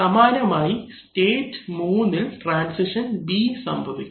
സമാനമായി സ്റ്റേറ്റ് 3ഇൽ transition B സംഭവിക്കും